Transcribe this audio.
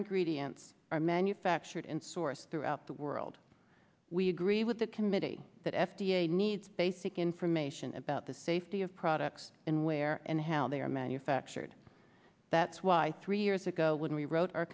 ingredients are manufactured and source throughout the world we agree with the committee that f d a needs basic information about the safety of products and where and how they are manufactured that's why three years ago when we wrote